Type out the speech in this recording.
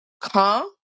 come